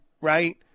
right